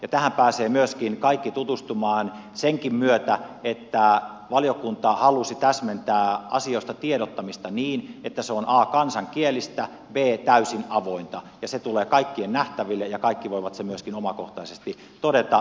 tähän pääsevät myöskin kaikki tutustumaan senkin myötä että valiokunta halusi täsmentää asioista tiedottamista niin että se on a kansankielistä b täysin avointa ja se tulee kaikkien nähtäville ja kaikki voivat sen myöskin omakohtaisesti todeta